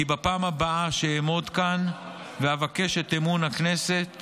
כי בפעם הבאה שאעמוד כאן ואבקש את אמון הכנסת